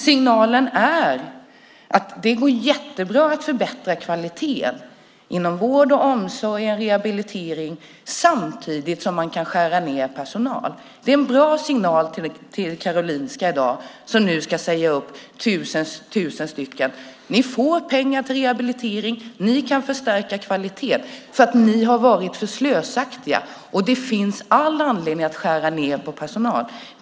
Signalen är att det går jättebra att förbättra kvaliteten inom vård, omsorg och rehabilitering samtidigt som man kan skära ned på personalen. Det är ju en bra signal till Karolinska, som nu ska säga upp 1 000 personer. Ni säger: Ni får pengar till rehabilitering, och ni kan förstärka kvaliteten för ni har varit för slösaktiga! Det finns all anledning att skära ned på personal.